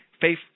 faith